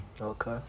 Okay